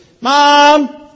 Mom